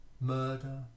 murder